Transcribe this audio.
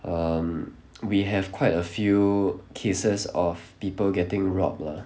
um we have quite a few cases of people getting robbed lah